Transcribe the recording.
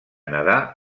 nedar